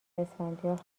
اسفندیار